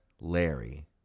Larry